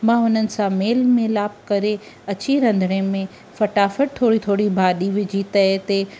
मां हुननि सां मेल मिलाप करे अची रंधिणे में फटाफट थोरी थोरी भाॼी विझी तए ते